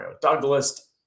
Douglas